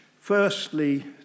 Firstly